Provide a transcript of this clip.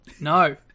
No